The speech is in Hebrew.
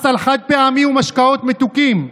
מס על חד-פעמי ומשקאות מתוקים,